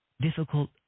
Difficult